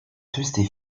tuesday